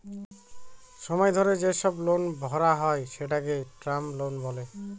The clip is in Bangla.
সময় ধরে যেসব লোন ভরা হয় সেটাকে টার্ম লোন বলে